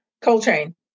Coltrane